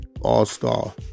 All-Star